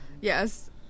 yes